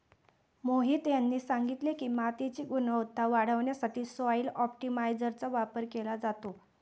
मोहित यांनी सांगितले की, मातीची गुणवत्ता वाढवण्यासाठी सॉइल ऑप्टिमायझरचा वापर केला जातो